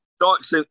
Dykes